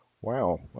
Wow